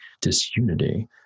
disunity